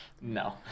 No